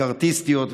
מקארתיסטיות.